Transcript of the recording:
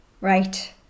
Right